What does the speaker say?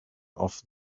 off